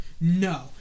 no